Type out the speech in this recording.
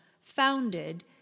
founded